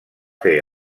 fer